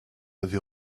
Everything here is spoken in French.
avait